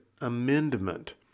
amendment